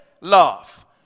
love